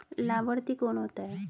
लाभार्थी कौन होता है?